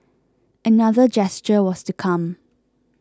another gesture was to come